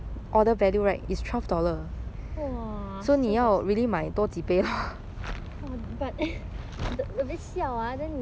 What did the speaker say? !wah! still got !wah! but a bit siao ah then 你要喝 how many cups sia